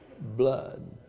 blood